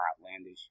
outlandish